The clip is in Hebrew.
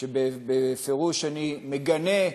שבפירוש אני מגנה,